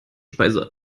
speise